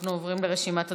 אנחנו עוברים לרשימת הדוברים.